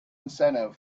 incentive